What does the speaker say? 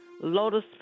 Lotus